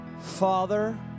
father